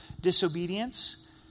disobedience